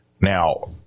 Now